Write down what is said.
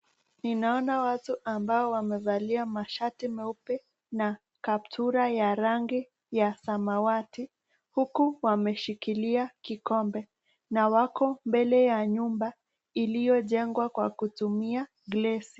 Ninaona watu ambao wamevakia shati nyeupe na kaptura ya rangi ya samawati, huku wameshikilia kikombe na wako mbele ya nyumba iliyojengwa kwa kutumia glesi.